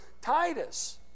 Titus